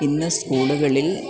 ഇന്ന് സ്കൂളുകളിൽ